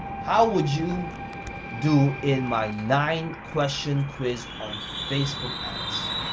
how would you do in my nine-question quiz on facebook ads?